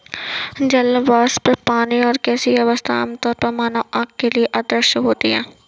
जल वाष्प, पानी की गैसीय अवस्था, आमतौर पर मानव आँख के लिए अदृश्य होती है